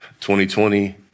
2020